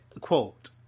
quote